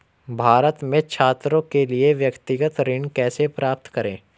भारत में छात्रों के लिए व्यक्तिगत ऋण कैसे प्राप्त करें?